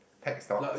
tax stocks